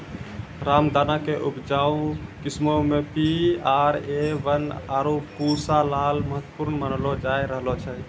रामदाना के उपजाऊ किस्मो मे पी.आर.ए वन, आरु पूसा लाल महत्वपूर्ण मानलो जाय रहलो छै